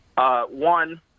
One